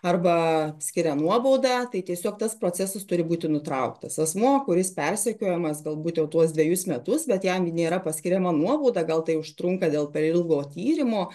arba skiria nuobaudą tai tiesiog tas procesas turi būti nutrauktas asmuo kuris persekiojamas galbūt jau tuos dvejus metus bet jam nėra paskiriama nuobauda gal tai užtrunka dėl per ilgo tyrimo